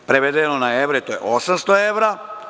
Prevedeno na evre, to je 800 evra.